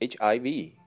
HIV